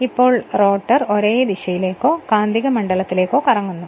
എന്നാൽ ഇപ്പോൾ റോട്ടർ ഒരേ ദിശയിലേക്കോ കാന്തിക മണ്ഡലത്തിലേക്കോ കറങ്ങുന്നു